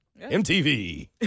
MTV